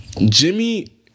Jimmy